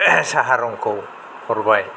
साहा रंखौ हरबाय